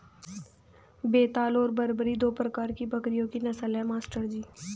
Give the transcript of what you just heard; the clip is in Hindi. बेताल और बरबरी दो प्रकार के बकरियों की नस्ल है मास्टर जी